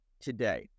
today